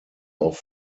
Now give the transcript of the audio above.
auch